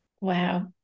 Wow